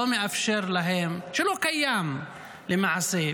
שלא קיים למעשה,